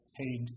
paid